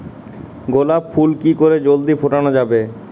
গোলাপ ফুল কি করে জলদি ফোটানো যাবে?